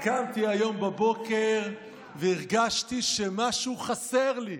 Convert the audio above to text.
קמתי היום בבוקר והרגשתי שמשהו חסר לי.